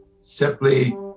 Simply